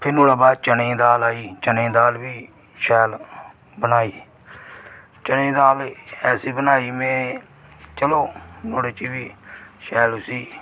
फ्ही नुआढ़े बाद चने दी दाल आई गेई चने दी दाल बी शैल बनाई चने दी गाल होई गेई ऐसी बनाई में चलो नुआढ़े च बी शैल उसी